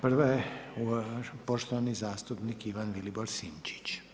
Prva je poštovani zastupnik Ivan Vilibor Sinčić.